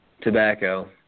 tobacco